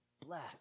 bless